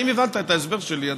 האם הבנת את ההסבר שלי,